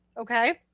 okay